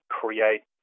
create